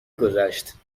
گذشت